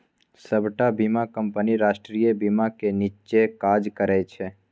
सबटा बीमा कंपनी राष्ट्रीय बीमाक नीच्चेँ काज करय छै